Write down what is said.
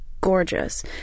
gorgeous